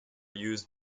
used